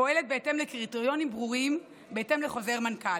פועלת בהתאם לקריטריונים ברורים בהתאם לחוזר מנכ"ל.